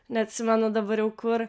neatsimenu dabar jau kur